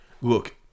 look